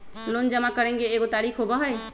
Loan जमा करेंगे एगो तारीक होबहई?